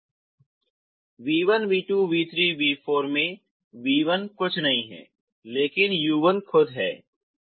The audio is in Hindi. v1 v2 v3 v4 में v1 कुछ नहीं है लेकिन u1 खुद है